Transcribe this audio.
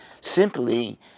simply